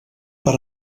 per